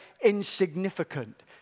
insignificant